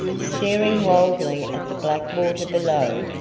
staring wildly at the black water below,